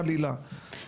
חלילה,